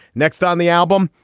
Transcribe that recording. next on the album,